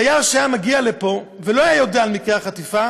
תייר שהיה מגיע לפה ולא היה יודע על מקרה החטיפה